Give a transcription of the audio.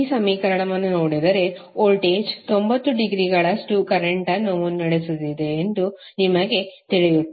ಈ ಸಮೀಕರಣವನ್ನು ನೋಡಿದರೆ ವೋಲ್ಟೇಜ್ 90 ಡಿಗ್ರಿಗಳಷ್ಟು ಕರೆಂಟ್ ಅನ್ನು ಮುನ್ನಡೆಸುತ್ತಿದೆ ಎಂದು ನಿಮಗೆ ತಿಳಿಯುತ್ತದೆ